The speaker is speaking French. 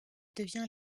devient